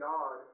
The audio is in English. God